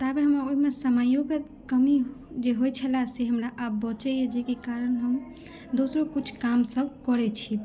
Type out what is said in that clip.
ताबे हमर ओहिमे समयोके कमी होइ छलए से हमरा आब बचैया जाहिके कारण हम दोसरो किछु काम सभ करै छी